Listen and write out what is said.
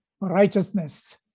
righteousness